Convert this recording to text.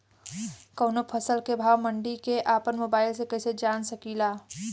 कवनो फसल के भाव मंडी के अपना मोबाइल से कइसे जान सकीला?